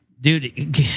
dude